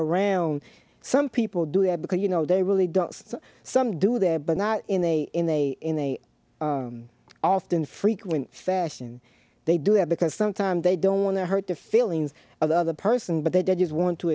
around some people do it because you know they really don't so some do there but not in a in a in a often frequent fashion they do it because sometimes they don't want to hurt the feelings of the other person but they did just want to